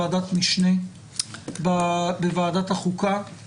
לאותם מקרים שבהם לא עולה מסוכנות מאותו